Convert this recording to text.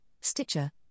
Stitcher